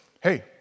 hey